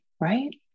right